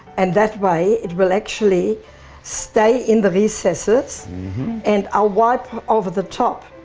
and that way it will actually stay in the recesses and i'll wipe over the top